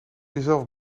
jezelf